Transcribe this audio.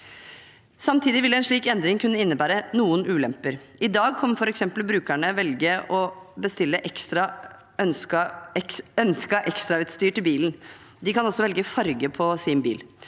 Samtidig vil en slik endring kunne innebære noen ulemper. I dag kan brukerne f.eks. velge å bestille ønsket ekstrautstyr til bilen, og de kan også velge farge på bilen sin.